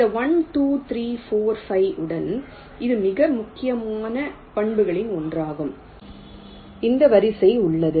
இந்த 1 2 3 4 5 உடன் இது மிக முக்கியமான பண்புகளில் ஒன்றாகும் இந்த வரிசை உள்ளது